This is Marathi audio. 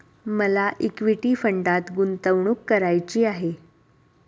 मला इक्विटी फंडात गुंतवणूक करायची आहे